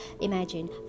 imagine